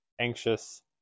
anxious